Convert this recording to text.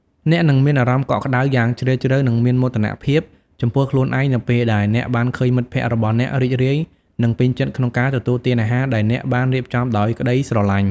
អ្នកនឹងមានអារម្មណ៍កក់ក្តៅយ៉ាងជ្រាលជ្រៅនិងមានមោទនភាពចំពោះខ្លួនឯងនៅពេលដែលអ្នកបានឃើញមិត្តភក្តិរបស់អ្នករីករាយនិងពេញចិត្តក្នុងការទទួលទានអាហារដែលអ្នកបានរៀបចំដោយក្តីស្រឡាញ់។